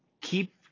keep